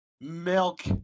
milk